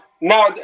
now